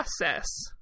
process